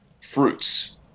fruits